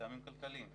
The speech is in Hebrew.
מטעמים כלכליים.